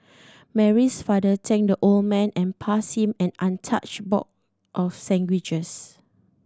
mary's father thanked the old man and pass him an untouched box of sandwiches